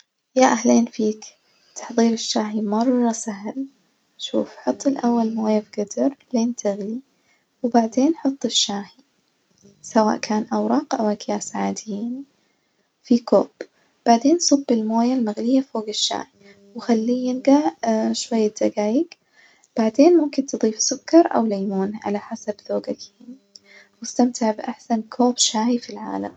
يا أهلين فيك، تحضير الشاي مرة سهل، شوف حط الأول موية في جدر لين تغلي وبعدين حط الشاي سواء كان أوراق أو أكياس عادي، في كوب بعدين صب المية المغلية فوج الشاي، وخلي ينجع شوية دجايج، بعجين ممكن تضيف سكر أو ليمون على حسب ذوجك، واستمتع بأحسن كوب شاي في العالم.